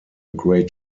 great